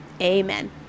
Amen